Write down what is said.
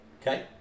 Okay